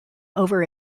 over